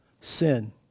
sin